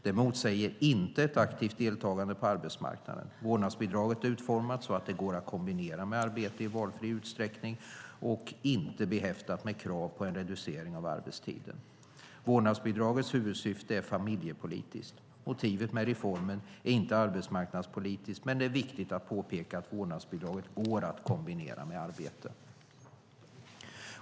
Det motsäger inte ett aktivt deltagande på arbetsmarknaden. Vårdnadsbidraget är utformat så att det går att kombinera med arbete i valfri utsträckning och är inte behäftat med krav på en reducering av arbetstiden. Vårdnadsbidragets huvudsyfte är familjepolitiskt. Motivet med reformen är inte arbetsmarknadspolitiskt, men det är viktigt att påpeka att vårdnadsbidraget går att kombinera med arbete.